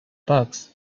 bugs